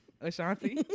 Ashanti